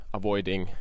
avoiding